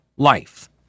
Life